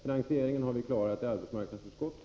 Finansieringen har vi klarat i arbetsmarknadsutskottet.